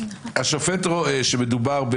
השופט רואה שמדובר,